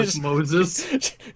Moses